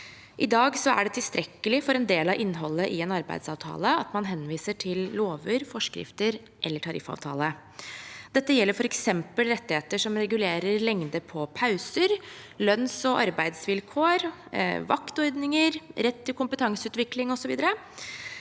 I dag er det tilstrekkelig for en del av innholdet i en arbeidsavtale at man henviser til lov, forskrift eller tariffavtale. Dette gjelder f.eks. rettigheter som regulerer lengde på pauser, lønns- og arbeidsvilkår, vaktordninger, rett til kompetanseutvikling osv.,